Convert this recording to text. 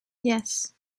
yes